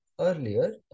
earlier